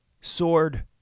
Sword